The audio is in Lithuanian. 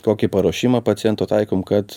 kokį paruošimą pacientų taikom kad